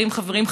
חברים,